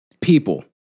people